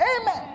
amen